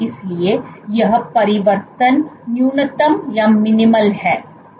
इसलिए यह परिवर्तन न्यूनतम है